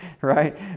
right